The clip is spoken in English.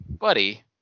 buddy